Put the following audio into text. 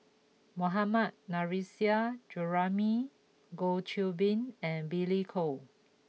Mohammad Nurrasyid Juraimi Goh Qiu Bin and Billy Koh